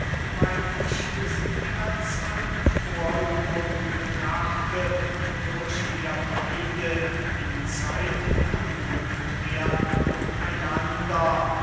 weil ich sie als eine vorübung betrachte wodurch wir beide in zeiten angewöhnt werden einander